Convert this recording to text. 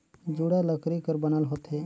जुड़ा लकरी कर बनल होथे